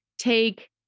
take